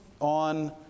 on